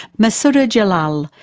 massouda jalal,